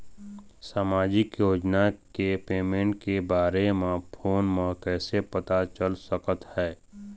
सामाजिक योजना के पेमेंट के बारे म फ़ोन म कइसे पता चल सकत हे?